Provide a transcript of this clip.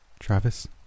Travis